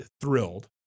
thrilled